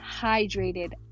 hydrated